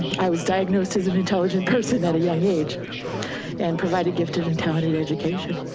i was diagnosed as an intelligent person at a young age and provided gifted and talented education.